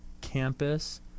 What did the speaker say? campus